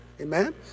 Amen